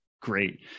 great